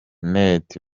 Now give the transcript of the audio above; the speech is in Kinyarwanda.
net